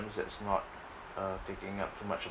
things that not uh taking up too much of